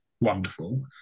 wonderful